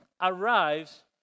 arrives